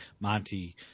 Monty